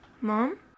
Mom